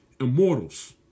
immortals